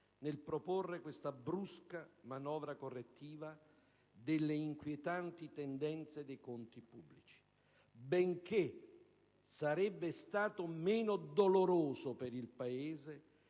nel proporre questa brusca manovra correttiva delle inquietanti tendenze dei conti pubblici, benché sarebbe stato meno doloroso per il Paese